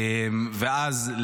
ואז,